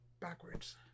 Backwards